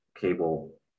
cable